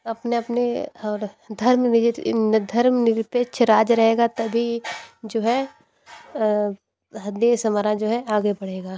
अपने अपने और धर्मनिहित धर्मनिरपेक्ष राज रहेगा तभी जो है देश हमारा जो है आगे बढ़ेगा